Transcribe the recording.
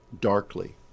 darkly